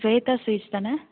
Swetha sweets தானே